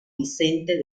vicente